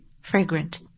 Fragrant